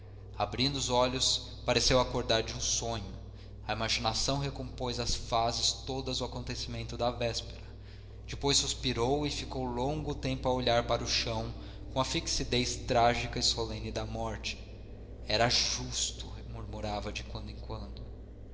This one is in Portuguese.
abrindo os olhos pareceu acordar de um sonho a imaginação recompôs as fases todas do acontecimento da véspera depois suspirou e ficou longo tempo a olhar para o chão com a fixidez trágica e solene da morte era justo murmurava de quando em quando